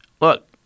look